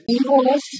evilness